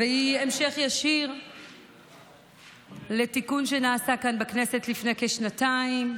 והיא המשך ישיר לתיקון שנעשה כאן בכנסת לפני כשנתיים,